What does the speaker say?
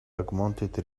augmented